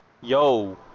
yo